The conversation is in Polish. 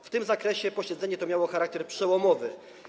W tym zakresie posiedzenie to miało charakter przełomowy.